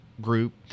group